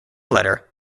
letter